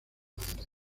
fernández